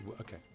okay